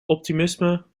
optimisme